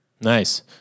Nice